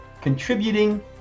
contributing